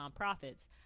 nonprofits